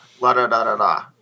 la-da-da-da-da